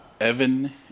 Evan